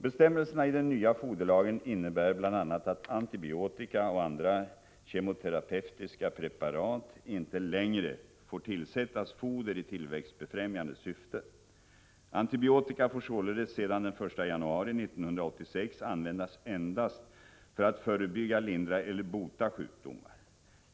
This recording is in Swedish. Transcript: Bestämmelserna i den nya foderlagen innebär bl.a. att antibiotika och andra kemoterapeutiska preparat inte längre får tillsättas foder i tillväxtbefrämjande syfte. Antibiotika får således sedan den 1 januari 1986 användas endast för att förebygga, lindra eller bota sjukdomar.